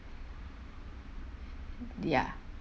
ya